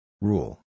Rule